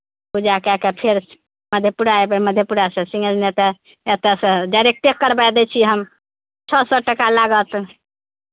पूजा कए कऽ फेर मधेपुरा अयबै मधेपुरासँ सिंहे नहि तऽ एतयसँ डायरेक्टे करबाए दै छी हम छओ सए टाका लागत